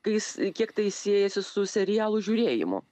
kai jis kiek tai siejasi su serialų žiūrėjimu